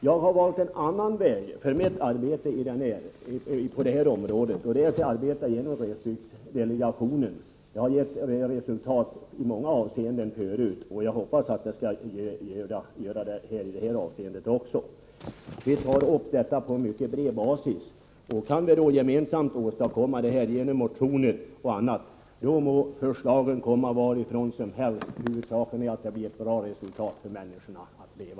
Jag har valt en annan väg för mitt arbete på det här området, och det är att arbeta i glesbygdsdelegationen. Det har gett resultat i många frågor tidigare, och jag hoppas att det skall göra det också i det här avseendet. Vi behandlar frågorna på mycket bred basis. Kan vi nu gemensamt genomföra den nu aktuella förändringen genom motioner och på annat sätt, då må förslagen komma från vilket håll som helst. Huvudsaken är att det blir ett bra resultat för människorna.